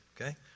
okay